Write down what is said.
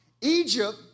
Egypt